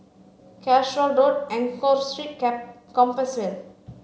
Calshot Road Enggor Street Cap Compassvale